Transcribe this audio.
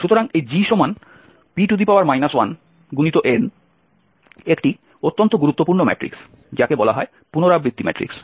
সুতরাং এই GP 1Nএকটি অত্যন্ত গুরুত্বপূর্ণ ম্যাট্রিক্স যাকে বলা হয় পুনরাবৃত্তি ম্যাট্রিক্স